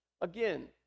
Again